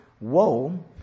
woe